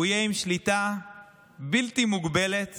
הוא יהיה עם שליטה בלתי מוגבלת